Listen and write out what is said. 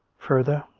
further,